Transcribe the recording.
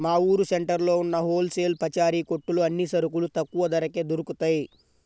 మా ఊరు సెంటర్లో ఉన్న హోల్ సేల్ పచారీ కొట్టులో అన్ని సరుకులు తక్కువ ధరకే దొరుకుతయ్